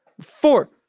Four